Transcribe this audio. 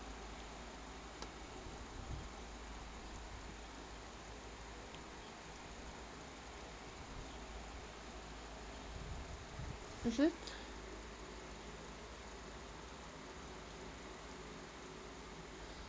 mmhmm